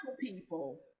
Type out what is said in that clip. people